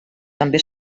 també